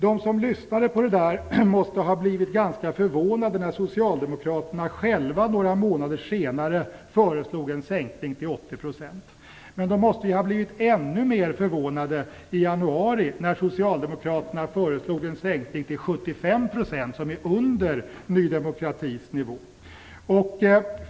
De som lyssnade på radioprogrammet måste ha blivit ganska förvånade när socialdemokraterna själva några månader senare föreslog en sänkning till 80 %. De måste dock ha blivit ännu mer förvånade i januari när socialdemokraterna föreslog en sänkning till 75 %, vilket är under Ny demokratis nivå.